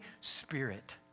Spirit